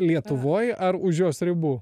lietuvoj ar už jos ribų